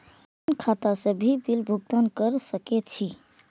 आपन खाता से भी बिल भुगतान कर सके छी?